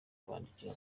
kwandika